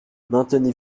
maintenez